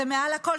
זה מעל הכול.